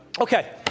Okay